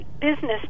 business